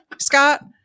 Scott